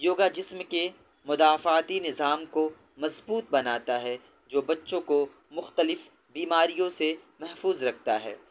یوگا جسم کے مدافعاتی نظام کو مضبوط بناتا ہے جو بچوں کو مختلف بیماریوں سے محفوظ رکھتا ہے